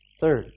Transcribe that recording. Third